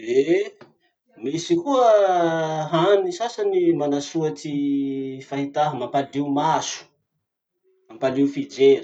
Eh eh misy koa hany sasany manasoa ty fahità mampalio maso, mampalio fijery.